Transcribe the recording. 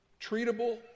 Treatable